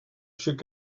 should